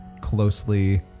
closely